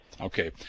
Okay